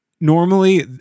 normally